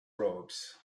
robes